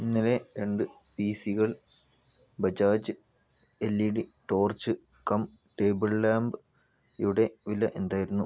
ഇന്നലെ രണ്ട് പിസികൾ Bajaj L E D torch cum table lamp യുടെ വില എന്തായിരുന്നു